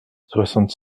soixante